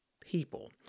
people